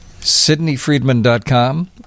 SydneyFriedman.com